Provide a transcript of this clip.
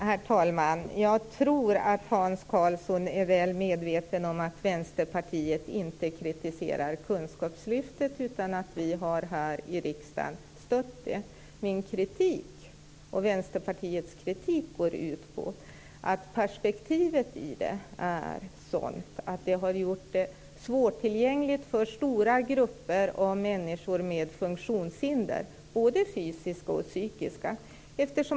Herr talman! Jag tror att Hans Karlsson är väl medveten om att Vänsterpartiet inte kritiserar kunskapslyftet. Vi har stött det i riksdagen. Min och Vänsterpartiets kritik går ut på att perspektivet är sådant att det är svårtillgängligt för stora grupper av människor med fysiska och psykiska funktionshinder.